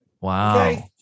Wow